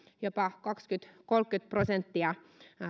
jopa kaksikymmentä viiva kolmekymmentä prosenttia